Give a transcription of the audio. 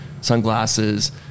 sunglasses